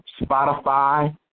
Spotify